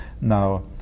now